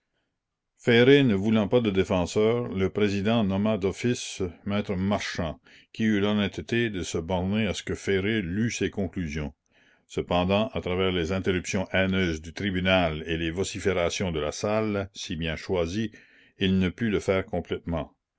ne voulant pas de défenseur le président nomma d'office me marchand qui eut l'honnêteté de se borner à ce que ferré lût ses conclusions cependant à travers les interruptions haineuses du tribunal et les vociférations de la salle si bien choisie il ne put le faire complètement